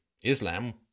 Islam